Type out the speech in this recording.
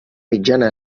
mitjana